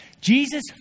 Jesus